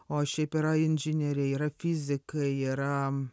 o šiaip yra inžinieriai yra fizikai yra